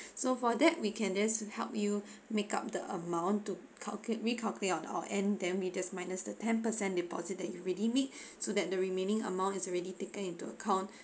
so for that we can just to help you make up the amount to calcu~ recalculate on our end then we just minus the ten percent deposit that you already make so that the remaining amount is already taken into account